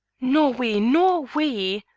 nor we, nor we,